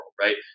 right